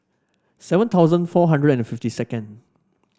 seven thousand four hundred and fifty second